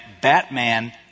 Batman